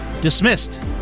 dismissed